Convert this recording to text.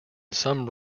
some